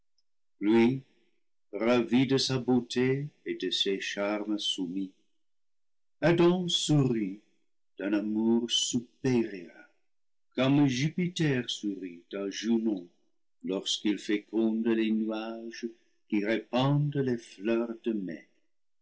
ravi de sa beauté et de ses charmes soumis adam sourit d'un amour supérieur comme jupiter sourit à junon lorsqu'il féconde les nuages qui répandent les fleurs de mai